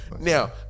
Now